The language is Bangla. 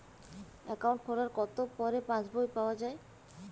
অ্যাকাউন্ট খোলার কতো পরে পাস বই পাওয়া য়ায়?